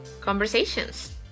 conversations